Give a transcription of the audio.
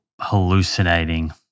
hallucinating